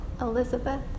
Elizabeth